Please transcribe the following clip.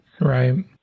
right